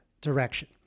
direction